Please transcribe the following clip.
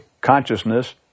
consciousness